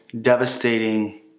devastating